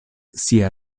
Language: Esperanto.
sia